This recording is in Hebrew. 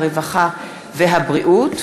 הרווחה והבריאות,